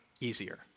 easier